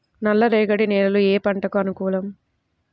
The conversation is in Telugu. నల్ల రేగడి నేలలు ఏ పంటకు అనుకూలం?